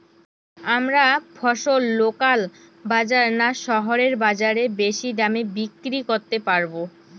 আমরা ফসল লোকাল বাজার না শহরের বাজারে বেশি দামে বিক্রি করতে পারবো?